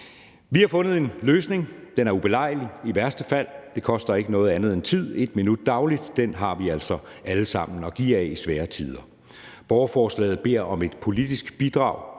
Vi har fundet en løsning. Den er ubelejlig i værste fald. Det koster ikke noget andet end tid, nemlig et minut dagligt. Den har vi altså alle sammen at give af i svære tider. Borgerforslaget beder om et politisk bidrag.